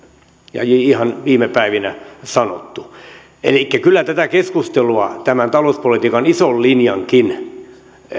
ja ihan viime päivinä sanottu elikkä kyllä tätä keskustelua tämän talouspolitiikan ison linjankin